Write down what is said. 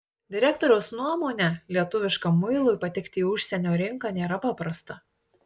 direktoriaus nuomone lietuviškam muilui patekti į užsienio rinką nėra paprasta